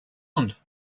want